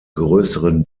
grösseren